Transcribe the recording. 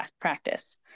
practice